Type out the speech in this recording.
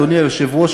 אדוני היושב-ראש,